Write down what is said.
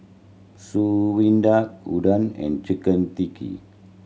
Udon and Chicken